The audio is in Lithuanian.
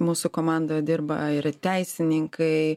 mūsų komandoje dirba ir teisininkai